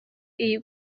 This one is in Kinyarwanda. iyo